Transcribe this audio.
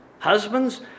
Husbands